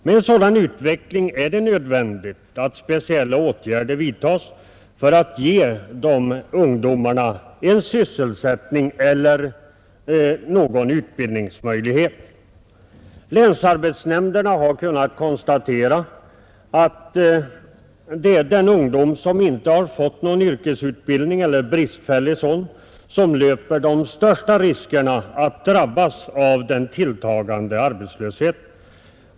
Med en sådan utveckling är det nödvändigt att speciella åtgärder vidtas för att ge ungdomarna sysselsättning eller en utbildningsmöjlighet. Länsarbetsnämnderna har kunnat konstatera att det är den ungdom som inte har fått någon yrkesutbildning — eller som fått bristfällig sådan — 'som löper de största riskerna att drabbas av en tilltagande arbetslöshet.